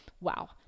wow